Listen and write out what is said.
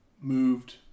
moved